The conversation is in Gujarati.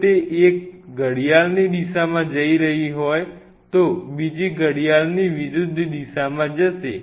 જો તે એક ઘડિયાળની દિશામાં જઈ રહી છે તો બીજી ઘડિયાળની વિરુદ્ધ દિશામાં જશે